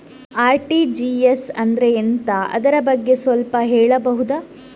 RTGS ಅಂದ್ರೆ ಎಂತ ಅದರ ಬಗ್ಗೆ ಸ್ವಲ್ಪ ಹೇಳಬಹುದ?